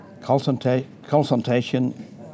Consultation